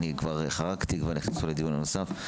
אני כבר חרגתי ואני נכנס כבר לדיון נוסף.